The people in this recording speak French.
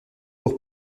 pour